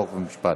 חוק ומשפט.